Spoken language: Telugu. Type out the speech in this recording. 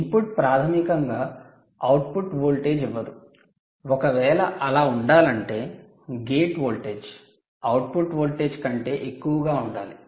ఇన్పుట్ ప్రాథమికంగా అవుట్పుట్ వోల్టేజ్ అవ్వదు ఒక వేల అలా ఉండాలంటే గేట్ వోల్టేజ్ అవుట్పుట్ వోల్టేజ్ కంటే ఎక్కువగా ఉండాలి